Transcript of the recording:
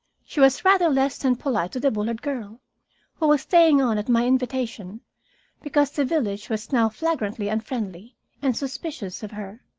she was rather less than polite to the bullard girl who was staying on at my invitation because the village was now flagrantly unfriendly and suspicious of her.